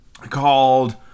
called